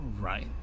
Right